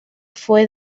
fue